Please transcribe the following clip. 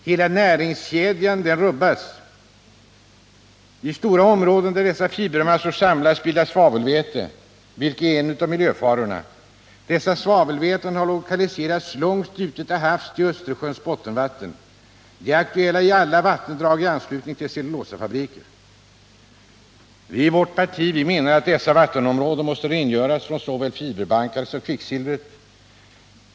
Hela näringskedjan rubbas härmed. Där dessa fibermassor samlas i stora områden bildas svavelväte, vilket är en av miljöfarorna. Dessa svavelväten har lokaliserats långt ute till havs i Östersjöns bottenvatten. De är aktuella i alla vattendrag i anslutning till cellulosafabriker. Vi i vpk menar att dessa vattenområden måste rengöras från såväl fiberbankarna som kvicksilvret.